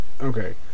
Okay